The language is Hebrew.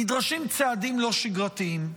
נדרשים צעדים לא שגרתיים.